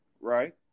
right